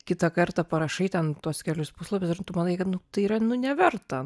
kitą kartą parašai ten tuos kelius puslapius ir tu manai kad nu tai yra nu neverta